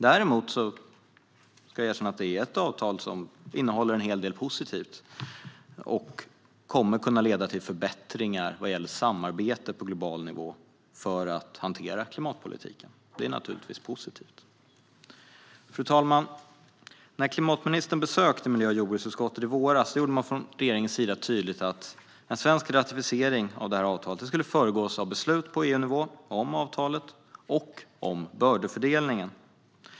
Däremot är det ett avtal - det ska erkännas - som innehåller en hel del positivt och som kommer att kunna leda till förbättringar vad gäller samarbete på global nivå för att hantera klimatpolitiken. Det är naturligtvis bra. Fru talman! När klimatministern besökte miljö och jordbruksutskottet i våras gjorde man från regeringens sida tydligt att en svensk ratificering av avtalet skulle föregås av beslut på EU-nivå om avtalet och om bördefördelningen.